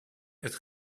het